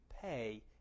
pay